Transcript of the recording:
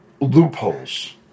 loopholes